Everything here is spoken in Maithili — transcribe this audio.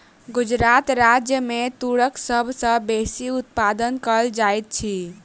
गुजरात राज्य मे तूरक सभ सॅ बेसी उत्पादन कयल जाइत अछि